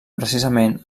precisament